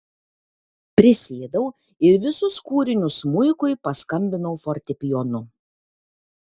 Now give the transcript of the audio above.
prisėdau ir visus kūrinius smuikui paskambinau fortepijonu